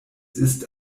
ist